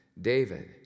David